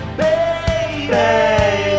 baby